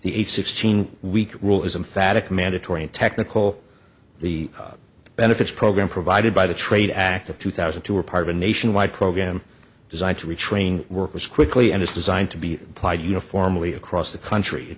eight sixteen week rule isn't phatic mandatory and technical the benefits program provided by the trade act of two thousand two are part of a nationwide program designed to retrain workers quickly and is designed to be applied uniformly across the country